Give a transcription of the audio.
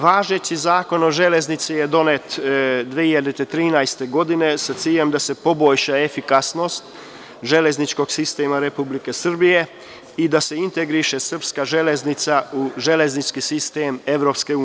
Važeći Zakon o železnici je donet 2013. godine, sa ciljem da se poboljša efikasnost železničkog sistema Republike Srbije i da se integriše srpska železnica u železnički sistem EU.